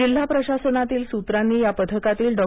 जिल्हा प्रशासनातील सूत्रांनी या पथकातील डॉ